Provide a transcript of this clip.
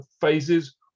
phases